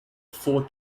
four